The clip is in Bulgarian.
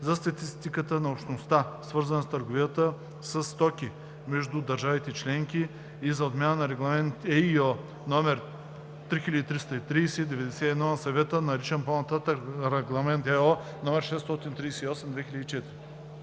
за статистиката на Общността, свързана с търговията със стоки между държавите членки, и за отмяна на Регламент (ЕИО) № 3330/91 на Съвета, наричан по-нататък „Регламент (ЕО) № 638/2004“.